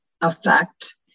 effect